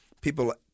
people